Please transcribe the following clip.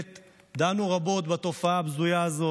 דנו רבות בתופעה הבזויה הזאת,